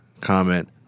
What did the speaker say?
comment